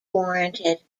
warranted